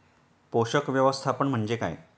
पोषक व्यवस्थापन म्हणजे काय?